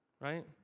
right